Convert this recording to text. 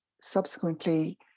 subsequently